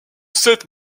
sainte